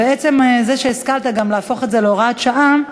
ועצם זה שהשכלת גם להפוך את זה להוראת שעה,